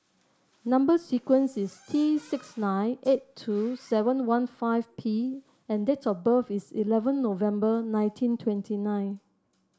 number sequence is T six nine eight two seven one five P and date of birth is eleven November nineteen twenty nine